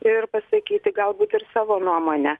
ir pasakyti galbūt ir savo nuomonę